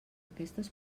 aquestes